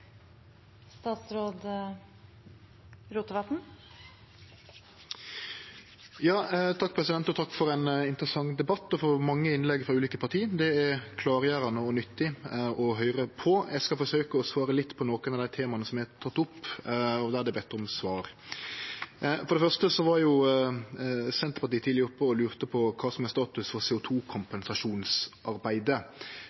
Takk for ein interessant debatt og for mange innlegg frå ulike parti. Det er klargjerande og nyttig å høyre på. Eg skal forsøkje å svare litt på nokre av dei temaa som er tekne opp, og der det er bedt om svar. For det første var Senterpartiet tidleg oppe og lurte på kva som er status for